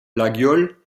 laguiole